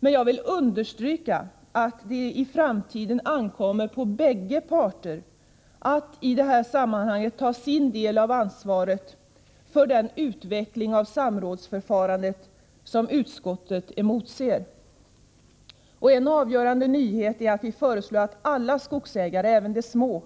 Men jag vill understryka att det i framtiden ankommer på bägge parter att i det här sammanhanget ta sin del av ansvaret för den utveckling av samrådsförfarandet som utskottet emotser. En avgörande nyhet är att vi föreslår att alla skogsägare, även de små,